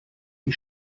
die